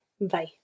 Bye